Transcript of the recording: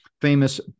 famous